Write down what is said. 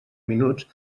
minuts